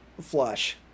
flush